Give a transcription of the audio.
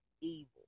evil